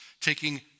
taking